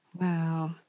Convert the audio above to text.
Wow